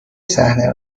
صحنه